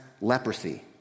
leprosy